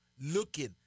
looking